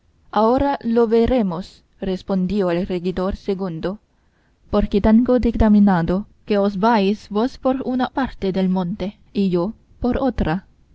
ahora lo veremos respondió el regidor segundo porque tengo determinado que os vais vos por una parte del monte y yo por otra